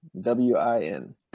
W-I-N